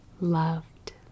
loved